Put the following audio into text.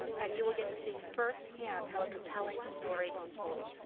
and you will get to see firsthand how a compelling story is told.